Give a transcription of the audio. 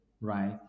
right